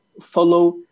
follow